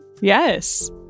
Yes